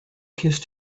kissed